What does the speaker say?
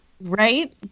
right